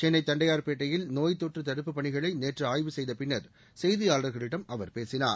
சென்னை தண்டையார்பேட்டையில் நோய்த் தொற்று தடுப்புப் பணிகளை நேற்று ஆய்வு செய்தபின்னர் செய்தியாளர்களிடம் அவர் பேசினார்